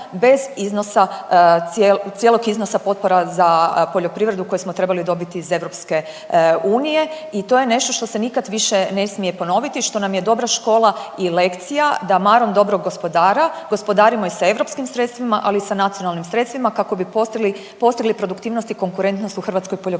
cijelog iznosa potpora za poljoprivredu koji smo trebali dobiti iz EU i to je nešto što se nikad više ne smije ponoviti, što nam je dobra škola i lekcija da marom dobrog gospodara gospodarimo i sa europskim sredstvima, ali i sa nacionalnim sredstvima kako bi postigli produktivnost i konkurentnost u hrvatskoj poljoprivredi.